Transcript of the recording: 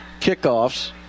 kickoffs